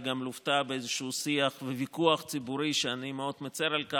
היא גם לוותה באיזשהו שיח וויכוח ציבורי שאני מאוד מצר עליו,